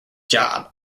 job